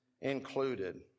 included